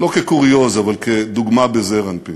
לא כקוריוז אבל כדוגמה בזעיר אנפין.